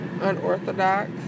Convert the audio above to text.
unorthodox